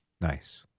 Nice